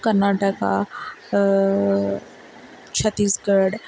کرناٹک چھتیس گڑھ